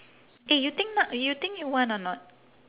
eh you think nak you think you want or not